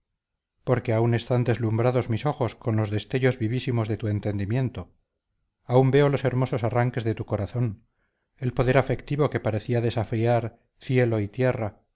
porque aún están deslumbrados mis ojos con los destellos vivísimos de tu entendimiento aún veo los hermosos arranques de tu corazón el poder afectivo que parecía desafiar cielo y tierra